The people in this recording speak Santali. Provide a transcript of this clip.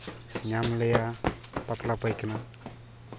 ᱧᱟᱢ ᱞᱮᱭᱟ ᱯᱟᱛᱞᱟ ᱯᱟᱭᱠᱷᱟᱱᱟ